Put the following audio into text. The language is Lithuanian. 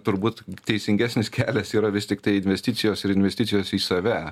turbūt teisingesnis kelias yra vis tiktai investicijos ir investicijos į save